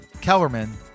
Kellerman